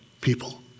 people